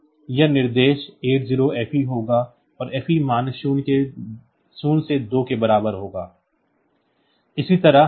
यहाँ यह निर्देश 80 FE होगा और FE मान शून्य से 2 के बराबर है